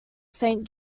saint